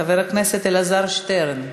חבר הכנסת אלעזר שטרן.